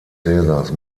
caesars